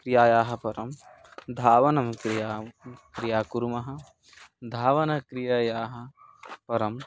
क्रियायाः परं धावनं क्रियां क्रियां कुर्मः धावनक्रियायाः परम्